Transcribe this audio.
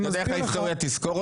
אתה יודע איך ההיסטוריה תזכור אתכם?